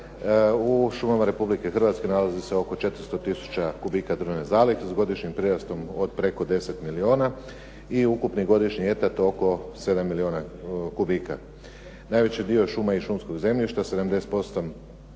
U šumama Republike Hrvatske nalazi se oko 400 tisuća kubika državne zalihe sa godišnjim prirastom od preko 10 milijuna i ukupni godišnji …/Govornik se ne razumije./… oko 7 milijuna kubika. Najveći dio šuma i šumskog zemljišta, 70%